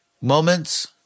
moments